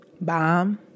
Bomb